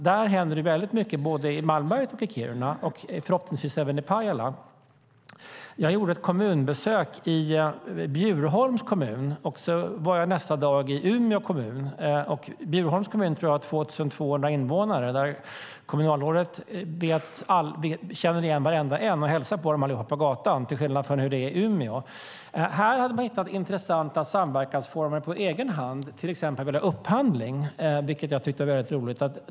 Det händer väldigt mycket både i Malmberget och i Kiruna och förhoppningsvis även i Pajala. Jag gjorde ett kommunbesök i Bjurholms kommun, och nästa dag var jag i Umeå kommun. Jag tror att Bjurholms kommun har 2 200 invånare. Där känner kommunalrådet igen var enda en och hälsar på dem på gatan, till skillnad från hur det i Umeå. Här hade de hittat intressanta samverkansformer på egen hand, till exempel när det gäller upphandling, vilket jag tycker är väldigt roligt.